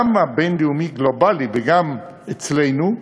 גם הבין-לאומי-גלובלי, וגם אצלנו,